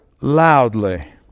loudly